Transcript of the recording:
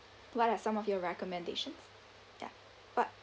what are some of your recommendations ya what